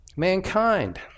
mankind